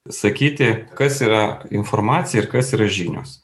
sakyti kas yra informacija ir kas yra žinios